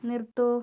നിർത്തൂ